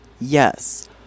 Yes